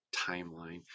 timeline